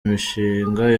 imishinga